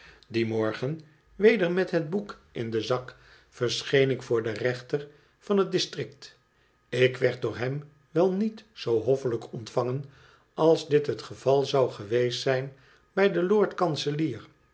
dien morgen weder met het bock in den zak verscheen ik voor den rechter van het district ik werd door hem wel niet zoo hoffelijk ontvangen als dit het geval zou geweest zijn bij den lord kanselier